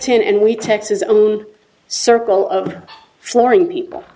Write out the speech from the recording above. on and we tex's own circle of flooring people